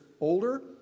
older